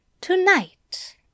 Tonight